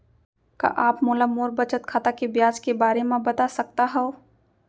का आप मोला मोर बचत खाता के ब्याज के बारे म बता सकता हव?